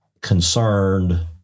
concerned